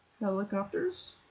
helicopters